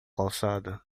calçada